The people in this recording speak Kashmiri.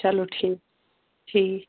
چَلو ٹھیٖک ٹھیٖک